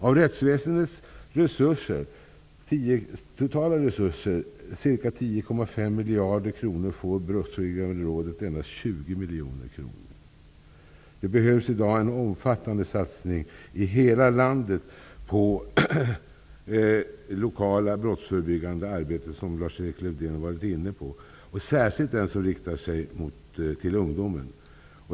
Av rättsväsendets totala resurser, 10,5 miljarder kronor, får Brottsförebyggande rådet endast omkring 20 miljoner kronor. Det behövs i dag en omfattande satsning i hela landet på det lokala brottsförebyggande arbetet, vilket Lars-Erik Lövdén varit inne på. Det gäller särskilt den som riktar sig till ungdomen.